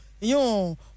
Yo